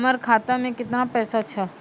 हमर खाता मैं केतना पैसा छह?